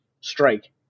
strike